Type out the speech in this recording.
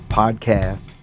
podcast